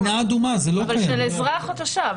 אבל של אזרח או של תושב?